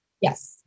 Yes